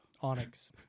Onyx